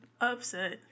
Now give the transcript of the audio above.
Upset